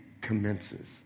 commences